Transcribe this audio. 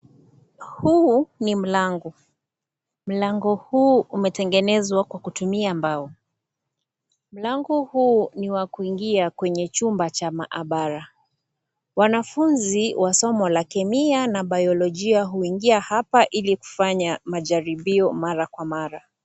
Huu ni mlango, mlango huu umetengenezwa kwa kutumia mbao mlango huu ni wa kuingia kwenye chumba cha maabara. Wanafunzi wa somo la kemia na biolojia huingia hapa ili kufanya majaribio mara kwa mara.